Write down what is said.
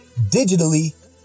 digitally